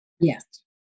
Yes